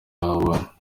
yahabonye